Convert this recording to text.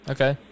Okay